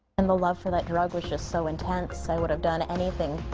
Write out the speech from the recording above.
and the love for that drug was just so intense, i would have done anything